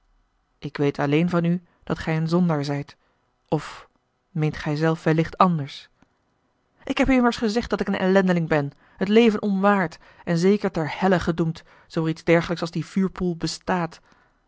ik weet alleen van u dat gij een zondaar zijt of meent gij zelf wellicht anders ik heb u immers gezegd dat ik een ellendeling ben het leven onwaard en zeker ter helle gedoemd zoo er iets dergelijks als die vuurpoel bestaat